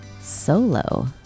solo